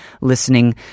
listening